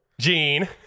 Gene